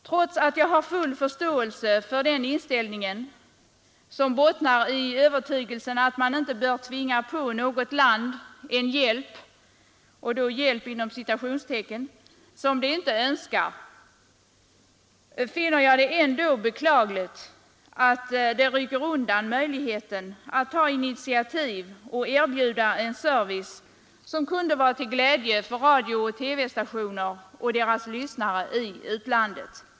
Trots att jag har full förståelse för den inställningen, som bottnar i övertygelsen att man inte bör tvinga på något land en ”hjälp” som det inte önskar, finner jag det beklagligt att man rycker undan möjligheten att ta initiativ och erbjuda en service som kunde vara till glädje för radiooch TV-stationer och deras lyssnare i utlandet.